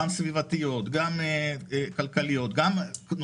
גם סביבתיות,